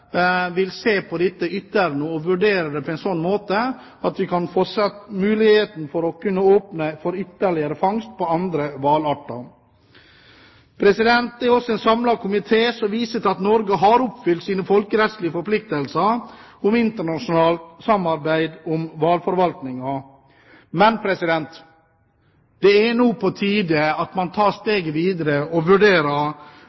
vil se mer på dette og vurdere det på en slik måte at vi kan få muligheten for å kunne åpne for ytterligere fangst på andre hvalarter. Det er en samlet komité som viser til at Norge har oppfylt sine folkerettslige forpliktelser om internasjonalt samarbeid om hvalforvaltningen. Men det er nå på tide at man tar